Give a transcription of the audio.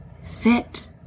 sit